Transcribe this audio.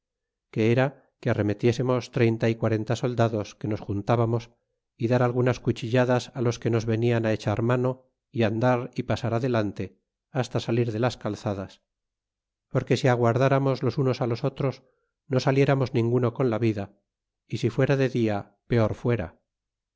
que era que arremetiésemos treinta y quarenta soldados que nosjuntbamos y dar algunas cuchilladas los que nos venian echar mano y andar y pasar adelante hasta salir de las calzadas porque si aguardáramos los unos los otros no saliéramos ninguno con la vida y si fuera de dia peor fuera